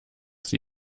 sie